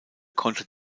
konnte